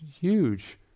huge